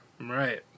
right